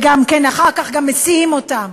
ואחר כך גם מסיעים אותם.